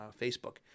Facebook